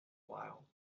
while